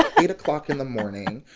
ah eight o'clock in the morning